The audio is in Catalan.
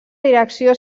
direcció